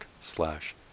slash